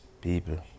people